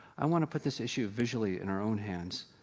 i want to put this issue visually in our own hands,